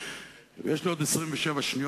ויש אנשים שמסתובבים,